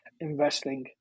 investing